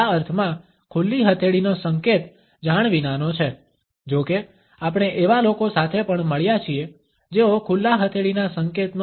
આ અર્થમાં ખુલ્લી હથેળીનો સંકેત જાણ વિનાનો છે જો કે આપણે એવા લોકો સાથે પણ મળ્યા છીએ જેઓ ખુલ્લા હથેળીના સંકેતનો ઉપયોગ કરવાની તાલીમ આપે છે